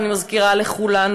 ואני מזכירה לכולנו,